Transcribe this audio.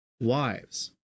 wives